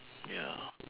ya